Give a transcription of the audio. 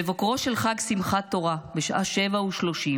בבוקרו של חג שמחת תורה, בשעה 07:30,